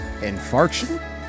infarction